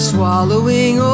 Swallowing